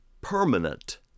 permanent